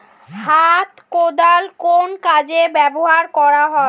হাত কোদাল কোন কাজে ব্যবহার করা হয়?